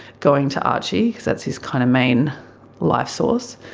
going to archie, because that's his kind of main life source,